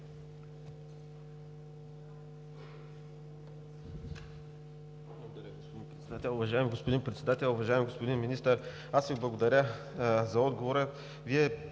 Благодаря, господин Председател. Уважаеми господин Председател! Уважаеми господин Министър, аз Ви благодаря за отговора.